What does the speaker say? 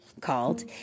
called